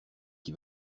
qui